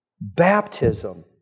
baptism